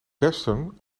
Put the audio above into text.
western